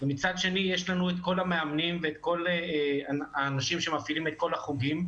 מצד שני יש לנו את כל המאמנים ואת כל האנשים שמפעילים את כל החוגים,